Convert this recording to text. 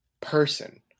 person